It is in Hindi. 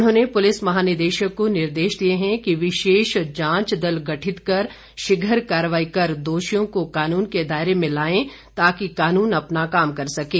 उन्होंने पुलिस महानिदेशक को निर्देश दिए हैं कि विशेष जांच दल गठित शीघ्र कार्रवाई कर दोषियों को कानून के दायरे में लाएं ताकि कानून अपना काम कर सकें